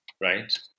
right